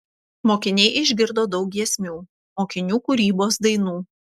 mokiniai išgirdo daug giesmių mokinių kūrybos dainų